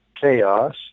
chaos